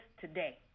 today